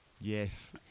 Yes